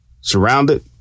surrounded